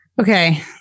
Okay